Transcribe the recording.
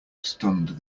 stunned